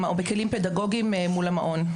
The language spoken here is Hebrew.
או בכלים פדגוגיים מול המעון.